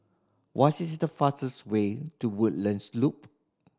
what is the fastest way to Woodlands Loop